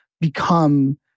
become